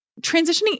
transitioning